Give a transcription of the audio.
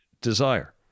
desire